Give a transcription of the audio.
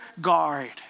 guard